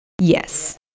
Yes